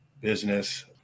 business